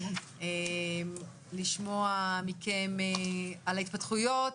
לשמוע מכן על ההתפתחויות,